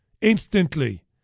Instantly